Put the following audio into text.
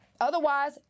Otherwise